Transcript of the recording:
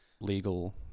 legal